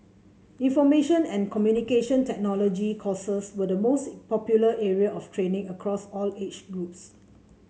Information and Communication Technology courses were the most popular area of training across all age groups